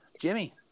Jimmy